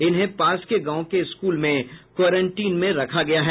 इन्हें पास के गांव के स्कूल में क्वारेंटीन में रखा गया है